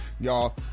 Y'all